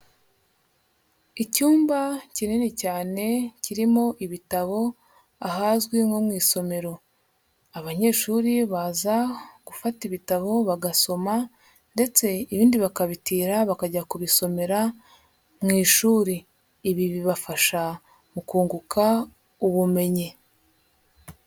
Icyumba kinini cyane kirimo ibitabo ahazwi nko mu isomero. Abanyeshuri baza gufata ibitabo bagasoma ndetse ibindi bakabitira bakajya kubisomera mu ishuri. Ibi bibafasha mu kunguka ubumenyi.